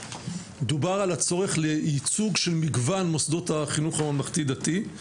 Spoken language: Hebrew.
דובר על הצורך לייצוג של מגוון מוסדות החינוך הממלכתי-דתי,